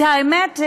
את האמת,